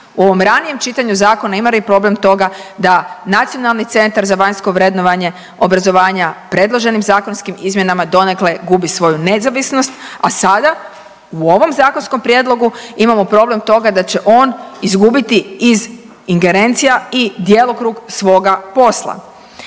u ovom ranijem čitanju zakona imali problem toga da Nacionalni centar za vanjsko vrednovanje obrazovanja predloženim zakonskim izmjenama donekle gubi svoju nezavisnost, a sada u ovom zakonskom prijedlogu imamo problem toga da će on izgubiti iz ingerencija i djelokrug svoga posla.